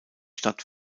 stadt